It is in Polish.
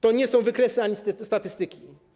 To nie są wykresy ani statystyki.